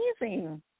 amazing